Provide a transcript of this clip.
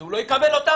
אז הוא לא יקבל אותן?